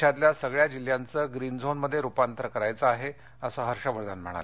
देशातल्या सगळ्या जिल्ह्यांचं ग्रीन झोनमधे रुपांतर करायचं आहे असं हर्षवर्धन म्हणाले